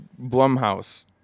Blumhouse